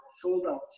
sold-out